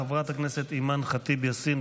חברת הכנסת אימאן ח'טיב יאסין,